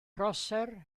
prosser